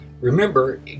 Remember